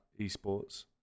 esports